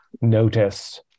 notice